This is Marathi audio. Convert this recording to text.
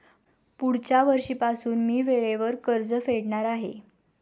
पुढच्या वर्षीपासून मी वेळेवर कर्ज फेडणार आहे